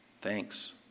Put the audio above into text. Thanks